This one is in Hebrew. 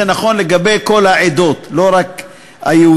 זה נכון לגבי כל העדות, ולא רק היהודים.